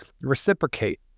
reciprocate